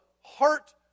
heart